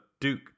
Duke